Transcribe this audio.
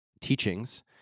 teachings